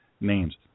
names